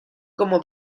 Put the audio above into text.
como